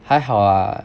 还好啊